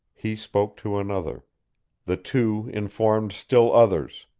he spoke to another the two informed still others.